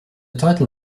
title